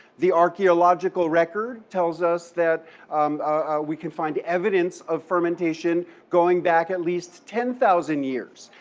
the archaeological record tells us that we can find evidence of fermentation going back at least ten thousand years,